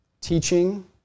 teaching